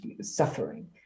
suffering